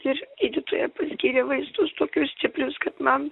ir gydytoja paskyrė vaistus tokius stiprius kad man